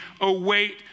await